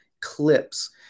clips